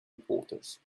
reporters